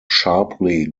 sharply